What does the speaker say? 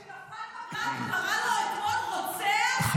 הוא קרא אתמול רוצח ללוחם שנפל בלבנון.